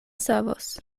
savos